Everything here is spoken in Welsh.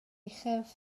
uchaf